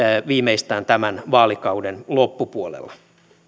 viimeistään tämän vaalikauden loppupuolella